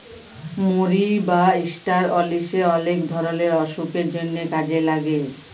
মরি বা ষ্টার অলিশে অলেক ধরলের অসুখের জন্হে কাজে লাগে